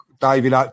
David